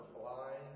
blind